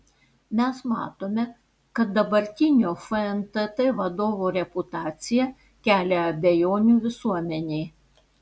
mes matome kad dabartinio fntt vadovo reputacija kelia abejonių visuomenei